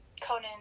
Conan